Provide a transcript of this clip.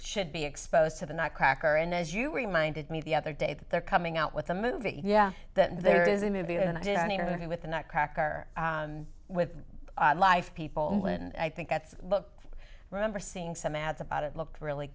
should be exposed to the not cracker and as you reminded me the other day that they're coming out with a movie yeah there is a movie and i did an interview with the nutcracker with life people and i think that's what remember seeing some ads about it looked really